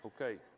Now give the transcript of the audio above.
Okay